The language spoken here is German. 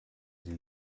die